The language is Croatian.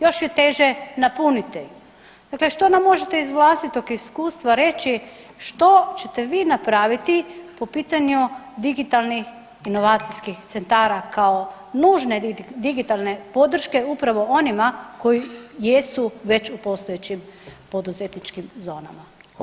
Još je teže napuniti, dakle što nam možete iz vlastitog iskustva reći što ćete vi napraviti po pitanju digitalnih inovacijskih centara kao nužne digitalne podrške upravo onima koji jesu već u postojećim poduzetničkim zonama.